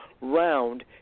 round